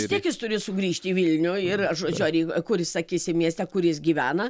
vis tiek jis turi sugrįžti į vilnių ir ar žodžiu ar į kur sakysim mieste kur jis gyvena